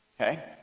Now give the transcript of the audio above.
Okay